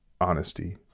honesty